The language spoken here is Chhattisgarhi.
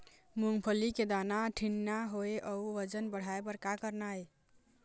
मूंगफली के दाना ठीन्ना होय अउ वजन बढ़ाय बर का करना ये?